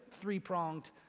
three-pronged